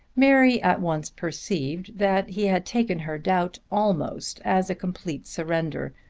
mary at once perceived that he had taken her doubt almost as a complete surrender,